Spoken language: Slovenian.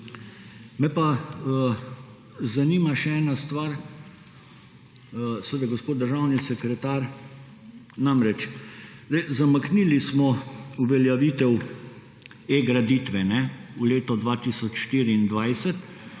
Me pa zanima še ena stvar, gospod državni sekretar. Namreč, zamaknili smo uveljavitev e-graditve v leto 2024.